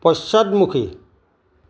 পশ্চাদমুখী